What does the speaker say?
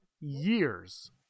years